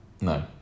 No